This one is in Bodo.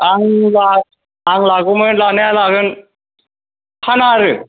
आंनिबा आं लागौमोन लानाया लागोन फाना आरो